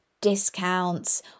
discounts